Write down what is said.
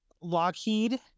Lockheed